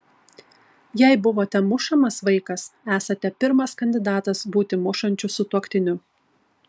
jei buvote mušamas vaikas esate pirmas kandidatas būti mušančiu sutuoktiniu